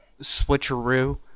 switcheroo